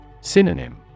Synonym